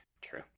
true